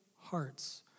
hearts